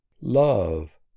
Love